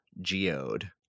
geode